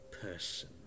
person